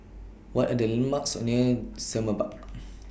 What Are The landmarks near Semerbak